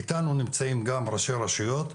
איתנו נמצאים גם ראשי רשויות,